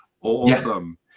Awesome